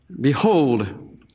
behold